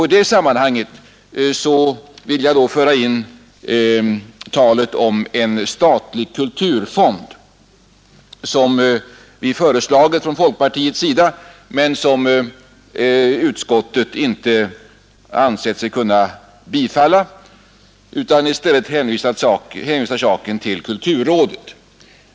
I det sammanhanget vill jag föra in frågan om en statlig kulturfond, som vi föreslagit från folkpartiets sida men som utskottet inte ansett sig kunna tillstyrka; i stället har man hänvisat till kulturrådet.